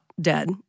dead